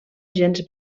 gens